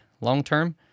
long-term